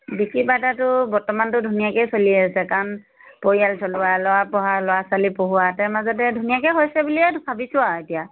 বিক্ৰী বাৰ্তাটো বৰ্তমানতো ধুনীয়াকেই চলি আছে কাৰণ পৰিয়াল চলোৱা ল'ৰা পঢ়া ল'ৰা ছোৱালী পঢ়োৱাতে মাজতে ধুনীয়াকৈ হৈছে বুলিয়েই ভাবিছোঁ আৰু এতিয়া